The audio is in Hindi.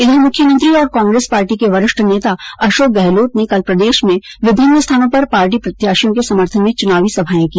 इधर मुख्यमंत्री और कांग्रेस पार्टी के वरिष्ठ नेता अशोक गहलोत ने कल प्रदेश में विभिन्न स्थानों पर पार्टी प्रत्याशियों के समर्थन में चुनावी सभायें की